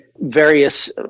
various